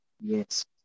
Yes